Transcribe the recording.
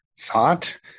thought